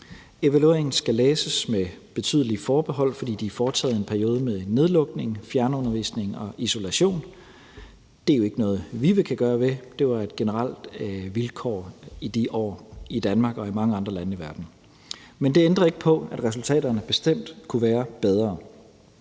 Evalueringen skal læses med betydeligt forbehold, fordi den er foretaget i en periode med nedlukning, fjernundervisning og isolation. Det er ikke noget, VIVE kan gøre noget ved; det var et generelt vilkår i de år i Danmark og i mange andre lande i verden. Det ændrer ikke på, at resultaterne bestemt kunne være bedre,